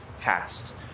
cast